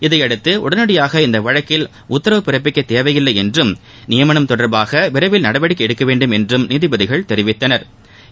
இதனையடுத்து உடனடியாக இந்த வழக்கில் உத்தரவு பிறப்பிக்க தேவையில்லை என்றும் நியமனம் தொடர்பாக விரைவில் நடவடிக்கை எடுக்கவேண்டும் என்றும் நீதிபதிகள் தெரிவித்தனா்